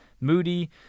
Moody